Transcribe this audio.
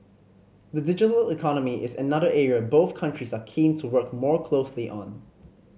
the digital economy is another area both countries are keen to work more closely on